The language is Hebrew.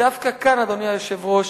ודווקא כאן, אדוני היושב-ראש,